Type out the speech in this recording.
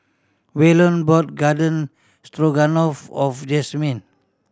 Waylon brought Garden Stroganoff of Jasmyne